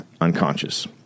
unconscious